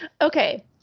Okay